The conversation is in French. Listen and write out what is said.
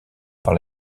par